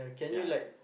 ya